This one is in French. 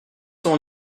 sont